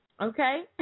Okay